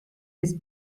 his